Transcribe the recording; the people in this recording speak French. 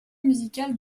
musicale